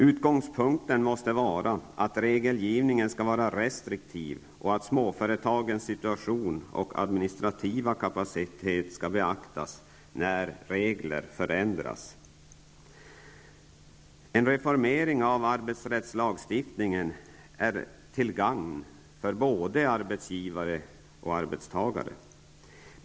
Utgångspunkten måste vara att regelgivningen skall vara restriktiv och att småföretagens situation och administrativa kapacitet skall beaktas vid regelförändringar. En reformering av arbetsrättslagstiftningen är till gagn, både för arbetsgivare och arbetstagare.